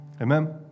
Amen